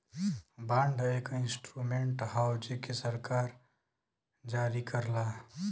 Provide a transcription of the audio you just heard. bond एक instrument हौ जेके सरकार जारी करला